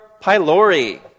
pylori